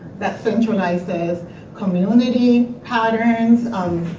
that centralizes community, patterns,